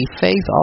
faith